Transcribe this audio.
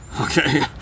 Okay